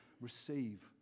receive